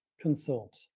consult